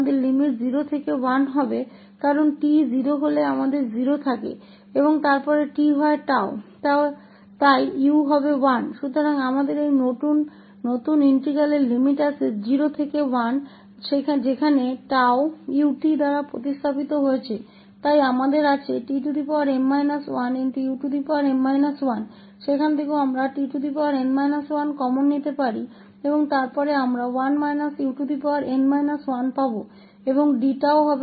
तो हमारी लिमिटएं 0 से 1 तक होंगी क्योंकि जब t 0 होता है तो हमारे पास 0 होता है और फिर t 𝜏 होता है इसलिए u होगा 1 तो हमारे पास इस नए इंटीग्रल की लिमिट 0 से 1 है जहां 𝜏 को 𝑢 𝑡 से बदल दिया जाता है इसलिए हमारे पास है tm 1um 1वहां से भी क्योंकि हम इस tn 1 को सामान्य ले सकते हैं और फिर हमें मिलेगाm 1 और d𝜏 𝑡 𝑑𝑢 होगा